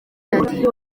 ati